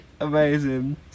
amazing